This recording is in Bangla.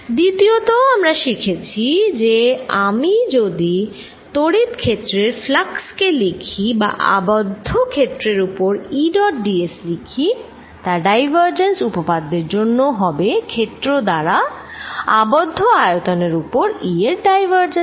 দ্বিতীয়ত আমরা শিখেছি যে আমি যদি তড়িৎ ক্ষেত্রের ফ্লাক্স কে লিখি বা আবদ্ধ ক্ষেত্রের ওপর E ডট ds লিখি তা ডাইভারজেন্স উপপাদ্যের জন্য হবে ক্ষেত্র দ্বারা আবদ্ধ আয়তনের ওপর E এর ডাইভারজেন্স